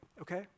okay